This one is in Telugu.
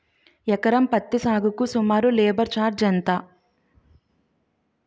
ఎకరం పత్తి సాగుకు సుమారు లేబర్ ఛార్జ్ ఎంత?